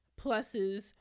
pluses